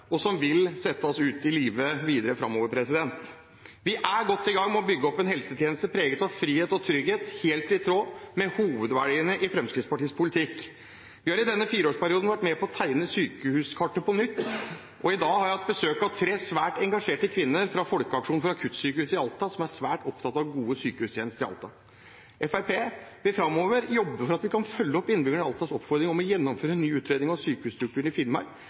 og som vil settes ut i livet videre framover. Vi er godt i gang med å bygge opp en helsetjeneste preget av frihet og trygghet – helt i tråd med hovedverdiene i Fremskrittspartiets politikk. Vi har i denne fireårsperioden vært med på å tegne sykehuskartet på nytt. I dag har jeg hatt besøk av tre svært engasjerte kvinner fra Folkeaksjon for akuttsykehus til Alta, som er svært opptatt av gode sykehustjenester i Alta. Fremskrittspartiet vil framover jobbe for at vi kan følge opp Altas innbyggeres oppfordring om å gjennomføre en ny utredning av sykehusstrukturen i Finnmark,